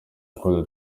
kuko